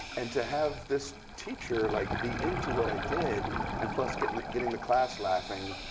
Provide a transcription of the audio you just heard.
and to have this teacher like be into what i did, and plus getting getting the class laughing,